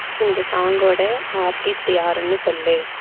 இந்த சாங்கோட ஆர்டிஸ்ட் யாருன்னு சொல்